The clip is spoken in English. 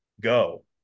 go